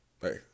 hey